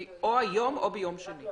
היא תונח היום או ביום שני.